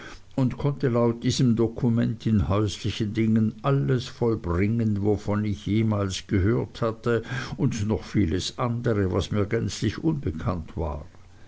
und konnte laut diesem dokument in häuslichen dingen alles vollbringen wovon ich jemals gehört hatte und noch vieles andere was mir gänzlich unbekannt war